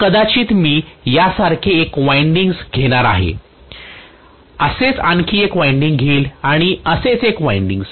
तर कदाचित मी यासारखे एक वायंडिंग्स घेणार आहे असेच आणखी एक वायंडिंग्स घेईल आणि असेच एक वायंडिंग्स